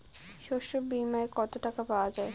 শস্য বিমায় কত টাকা পাওয়া যায়?